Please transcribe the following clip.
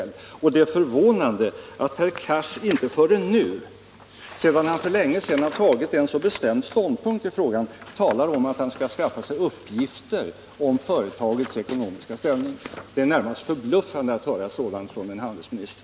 Jag vill i sammanhanget säga att det är förvånande att herr Cars inte förrän nu, sedan han för länge sedan tagit en sådan bestämd ståndpunkt i frågan, talar om att han skall skaffa sig uppgifter om företagets ekonomiska ställning. Det är närmast förbluffande att man kan få höra sådant från en handelsminister.